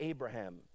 Abraham